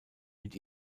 mit